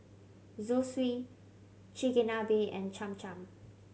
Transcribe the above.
Zosui Chigenabe and Cham Cham